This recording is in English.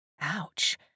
Ouch